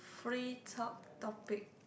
free talk topic